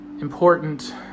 important